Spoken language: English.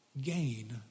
gain